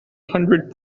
hundred